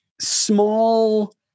small